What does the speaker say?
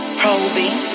probing